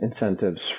incentives